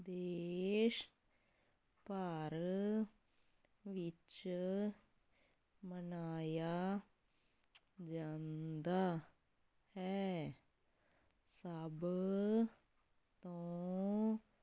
ਦੇਸ਼ ਭਰ ਵਿੱਚ ਮਨਾਇਆ ਜਾਂਦਾ ਹੈ ਸਭ ਤੋਂ